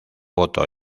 voto